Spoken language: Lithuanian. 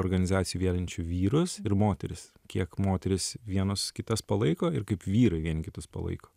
organizacijų vienijančių vyrus ir moteris kiek moterys vienos kitas palaiko ir kaip vyrai vieni kitus palaiko